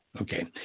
Okay